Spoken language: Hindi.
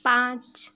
पाँच